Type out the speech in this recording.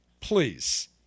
please